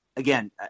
Again